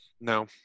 No